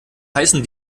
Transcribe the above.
heißen